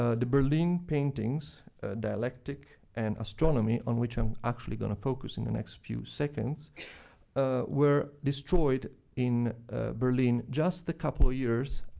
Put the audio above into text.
ah the berlin paintings dialectic and astronomy, on which i'm actually going to focus in the next few seconds were destroyed in berlin just a couple years